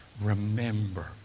remember